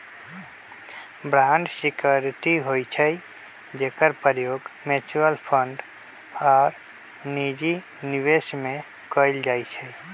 bond security होइ छइ जेकर प्रयोग म्यूच्यूअल फंड आऽ निजी निवेश में कएल जाइ छइ